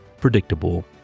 predictable